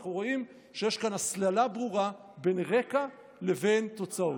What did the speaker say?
אנחנו רואים שיש כאן מתאם ברור בין רקע לבין תוצאות.